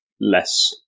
less